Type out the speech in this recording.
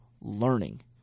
learning